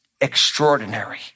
extraordinary